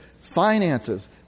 Finances